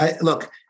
Look